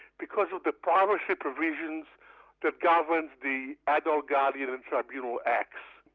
because of the privacy provisions that govern the adult guardian and tribunal acts.